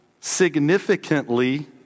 significantly